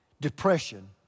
depression